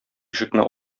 ишекне